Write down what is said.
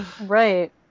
Right